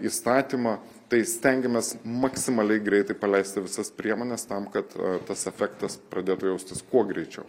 įstatymą tai stengiamės maksimaliai greitai paleisti visas priemones tam kad tas efektas pradėtų jaustis kuo greičiau